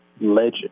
legend